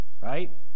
Right